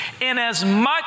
Inasmuch